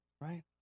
right